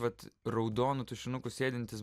vat raudonu tušinuku sėdintis